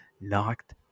knocked